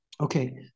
Okay